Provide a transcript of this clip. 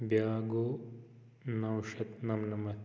بیٛاکھ گوٚو نَو شَتھ نَمنَمَتھ